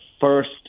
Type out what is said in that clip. first